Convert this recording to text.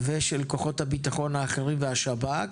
ושל כוחות הביטחון האחרים והשב"כ.